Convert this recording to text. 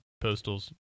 postals